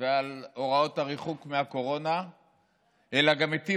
ועל הוראות הריחוק של הקורונה אלא גם מתים